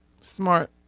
Smart